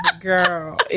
girl